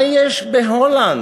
מה יש בהולנד?